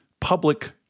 public